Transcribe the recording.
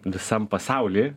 visam pasauly